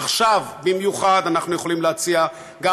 עכשיו במיוחד אנחנו יכולים להציע גם